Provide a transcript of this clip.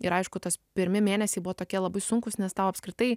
ir aišku tos pirmi mėnesiai buvo tokie labai sunkūs nes tau apskritai